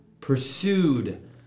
pursued